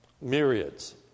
myriads